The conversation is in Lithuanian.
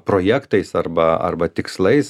projektais arba arba tikslais